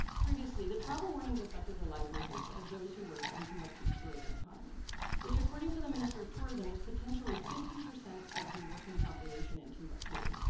previously the travel warnings affected the livelihoods of those who worked in timbuktu's tourism economy which according to the minister of tourism was potentially fifty percent of the working population in timbuktu.